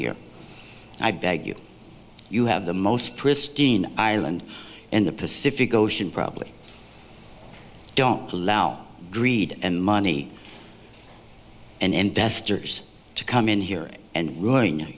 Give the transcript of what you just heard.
here i beg you you have the most pristine island and the pacific ocean probably don't allow greed and money and investors to come in here and rulin